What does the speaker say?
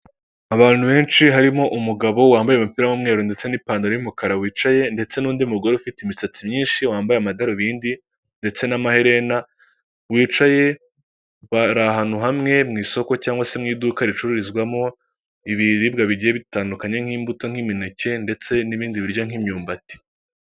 Abantu benshi harimo umugabo wambaye umupira w'umweru ndetse n'ipantaro y'umukara wicaye, ndetse n'undi mugore ufite imisatsi myinshi wambaye amadarubindi ndetse n'amaherena, wicaye, bari ahantu hamwe mu isoko cyangwa se mu iduka ricururizwamo ibiribwa bigiye bitandukanye, nk'imbuto, nk'imineke ndetse n'ibindi biryo nk'imyumbati.